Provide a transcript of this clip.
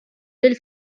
lill